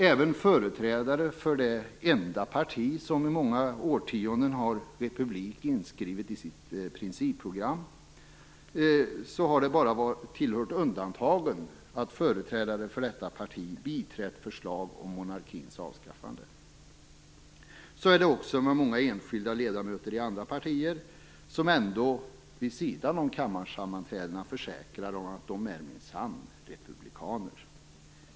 Även när det gäller det enda parti som i många årtionden har haft republik inskrivet i sitt principprogram har det tillhört undantagen att företrädare för detta parti biträtt förslag om monarkins avskaffande. Så är det också med många enskilda ledamöter i andra partier, som ändå vid sidan av kammarsammanträdena försäkrar att de minsann är republikaner.